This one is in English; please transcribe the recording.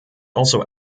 also